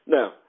Now